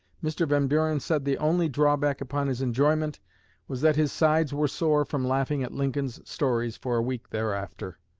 mr. van buren said the only drawback upon his enjoyment was that his sides were sore from laughing at lincoln's stories for a week thereafter.